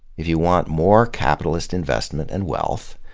if you want more capitalist investment and wealth,